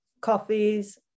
coffees